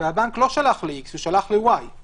והבנק לא שלח ל"איקס", הוא שלח ל"וואי".